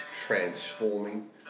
transforming